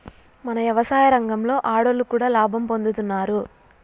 మన యవసాయ రంగంలో ఆడోళ్లు కూడా లాభం పొందుతున్నారు